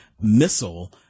missile